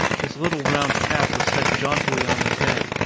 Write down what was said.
his little round cap was set jauntily on his head,